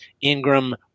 Ingram